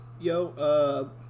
Yo